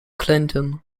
clinton